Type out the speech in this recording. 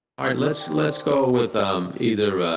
ah let's let's go with either, ah,